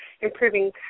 improving